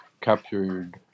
captured